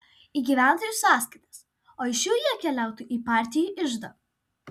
į gyventojų sąskaitas o iš šių jie keliautų į partijų iždą